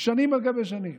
שנים על גבי שנים,